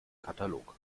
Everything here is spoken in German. katalog